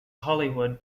hollywood